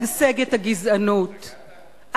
משגשגת הגזענות,